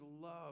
love